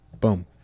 Boom